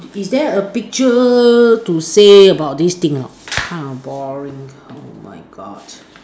is there a picture to say about these thing or not kind of boring oh my God